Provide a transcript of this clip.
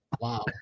Wow